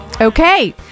Okay